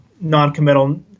non-committal